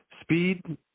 Speed